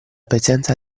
presenza